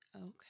Okay